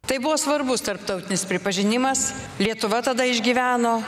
tai buvo svarbus tarptautinis pripažinimas lietuva tada išgyveno